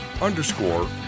underscore